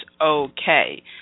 okay